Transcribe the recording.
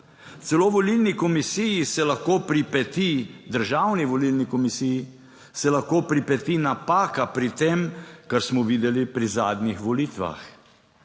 Celo volilni komisiji se lahko pripeti, državni volilni komisiji se lahko pripeti napaka pri tem, kar smo videli pri zadnjih volitvah.